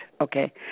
Okay